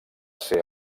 ser